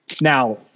Now